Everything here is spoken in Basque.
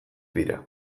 dira